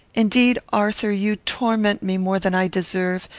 indeed, arthur, you torment me more than i deserve,